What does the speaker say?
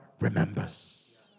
remembers